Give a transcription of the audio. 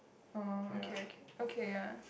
oh okay okay okay ya